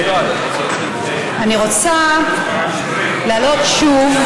אני רוצה להעלות שוב,